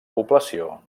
població